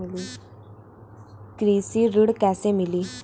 कृषि ऋण कैसे मिली?